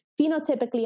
phenotypically